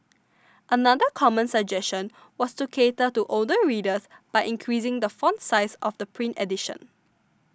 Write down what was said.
another common suggestion was to cater to older readers by increasing the font size of the print edition